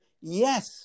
yes